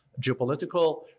geopolitical